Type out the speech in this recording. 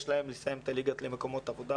חשוב מאוד לסיים את הליגה למקומות עבודה.